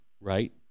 right